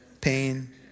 pain